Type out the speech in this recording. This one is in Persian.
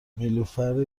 نیلوفر